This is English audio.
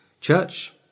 church